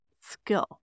skill